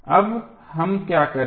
अब हम क्या करेंगे